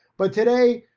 but today,